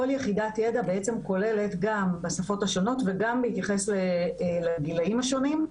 כל יחידת ידע כוללת גם בשפות השונות וגם בהתייחס לגילאים השונים.